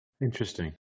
Interesting